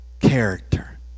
character